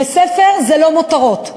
וספר זה לא מותרות.